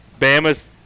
Bama's